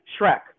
Shrek